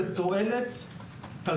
כלכלית משמעותית למשק.